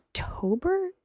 October